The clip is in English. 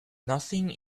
nothing